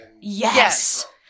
Yes